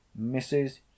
Mrs